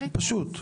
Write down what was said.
פשוט.